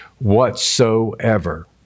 whatsoever